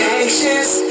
anxious